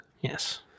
Yes